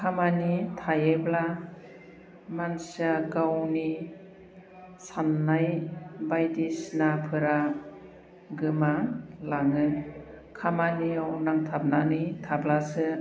खामानि थायोब्ला मानसिया गावनि साननाय बायदिसिनाफोरा गोमा लाङो खामानियाव नांथाबनानै थाब्लासो